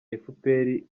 efuperi